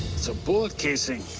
so bullet casing.